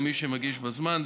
למי שמגיש בזמן,